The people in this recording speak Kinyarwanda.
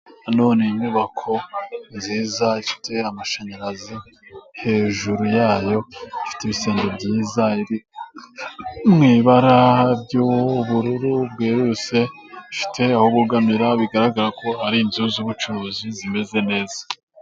Hano ni inyubako nziza ifite amashanyarazi, hejuru ya yo ifite ibisenge byiza mu ibara ry'ubururu bwerurutse, ifite aho bugamira bigaragara ko ari inzu z'ubucuruzi zimeze neza.